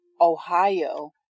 Ohio